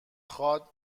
خواد